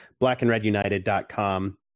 blackandredunited.com